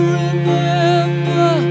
remember